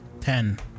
Ten